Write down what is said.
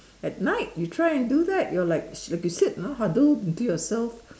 at night you try and do that you are like like you said ah huddled into yourself